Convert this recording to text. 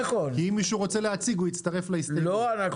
כי אם מישהו רוצה להציג הוא יצטרף להסתייגויות.